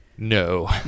No